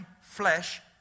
flesh